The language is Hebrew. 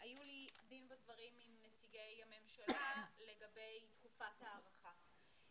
היו לי דין ודברים עם נציגי הממשלה לגבי תקופת ההארכה.